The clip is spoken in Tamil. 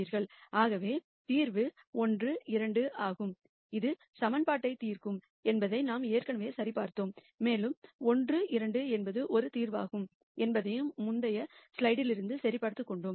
ஆகவே தீர்வு 1 2 ஆகும் இது சமன்பாட்டைத் தீர்க்கும் என்பதை நாம் ஏற்கனவே சரிபார்த்தோம் மேலும் 1 2 என்பது ஒரு தீர்வாகும் என்பதை முந்தைய ஸ்லைடிலிருந்து சரிபார்த்துக் கொண்டோம்